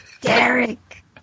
Derek